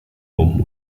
bomben